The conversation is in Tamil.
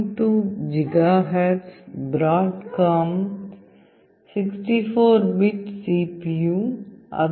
2 gigahertz Broadcom 64 bit CPU Quad core 1